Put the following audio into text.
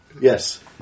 Yes